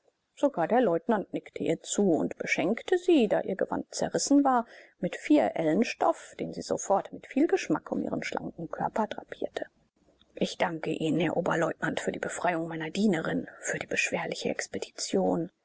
sogar der leutnant nickte ihr zu und beschenkte sie da ihr gewand zerrissen war mit vier ellen stoff den sie sofort mit viel geschmack um ihren schlanken körper drapierte ich danke ihnen herr oberleutnant für die befreiung meiner dienerin für die beschwerliche expedition